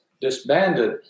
disbanded